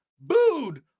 Booed